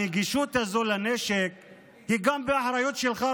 הנגישות הזו של נשק היא גם אחריות שלך,